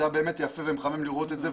באמת יפה ומחמם את הלב לראות את זה,